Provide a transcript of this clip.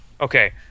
Okay